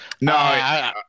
no